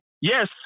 yes